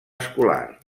escolar